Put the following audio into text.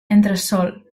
entresòl